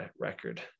record